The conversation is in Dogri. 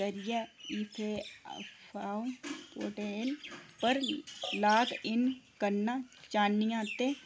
करियै इत्थें अ'ऊं पोर्टल पर लाग इन करना चाह्न्नी आं ते